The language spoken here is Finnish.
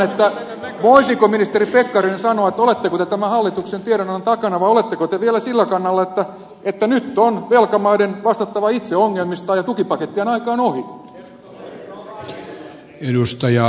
no voisiko ministeri pekkarinen nyt sanoa oletteko te tämän hallituksen tiedonannon takana vai oletteko te vielä sillä kannalla että nyt on velkamaiden vastattava itse ongelmistaan ja tukipakettien aika on ohi